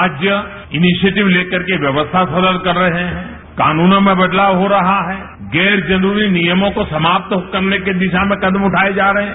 राज्य इनिशेटिव लेकर के व्यवस्था सरल कर रहे हैं कानुनों बदलाव हो रहा है गैर जरूरी नियमों को समाप्त करने की दिशा में कदम उठाये जा रहे हैं